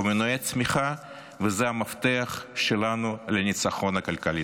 במנועי צמיחה, וזה המפתח שלנו לניצחון הכלכלי.